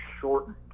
shortened